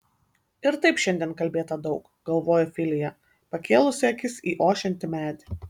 ir taip šiandien kalbėta daug galvojo filija pakėlusi akis į ošiantį medį